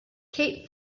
kate